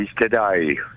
today